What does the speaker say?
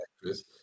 actress